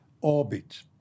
orbit